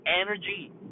energy